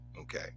okay